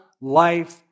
life